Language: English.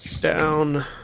Down